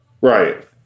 Right